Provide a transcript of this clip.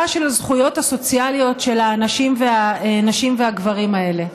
של הזכויות הסוציאליות של האנשים הנשים והגברים האלה.